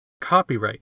copyright